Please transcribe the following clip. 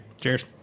cheers